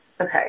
Okay